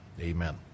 amen